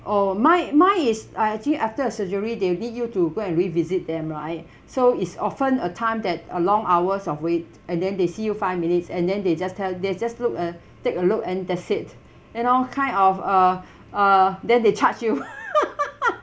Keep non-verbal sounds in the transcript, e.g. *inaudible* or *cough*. oh my mine is ah actually after a surgery they need you to go and revisit them right *breath* so it's often a time that a long hours of wait and then they see you five minutes and then they just tell they just look a take a look and that's it you know kind of uh *breath* uh then they charge you *laughs*